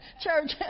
church